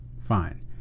Fine